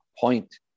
point